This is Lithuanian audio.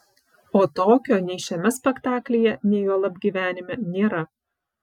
o tokio nei šiame spektaklyje nei juolab gyvenime nėra